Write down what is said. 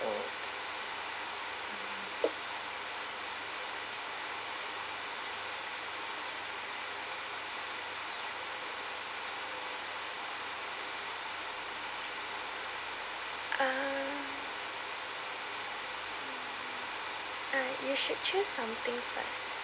old uh you should choose something first